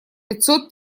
пятьсот